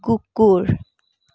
কুকুৰ